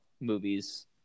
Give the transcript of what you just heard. movies